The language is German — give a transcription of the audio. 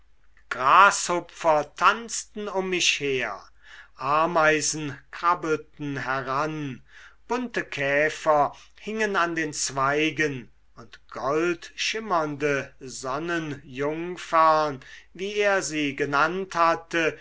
grashupfer tanzten um mich her ameisen krabbelten heran bunte käfer hingen an den zweigen und goldschimmernde sonnenjungfern wie er sie genannt hatte